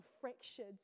fractured